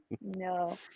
no